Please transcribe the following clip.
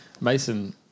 Mason